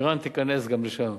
אירן תיכנס גם לשם.